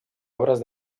obres